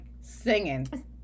Singing